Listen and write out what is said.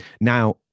Now